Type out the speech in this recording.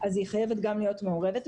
חייב להיות מעורב בזה.